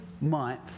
month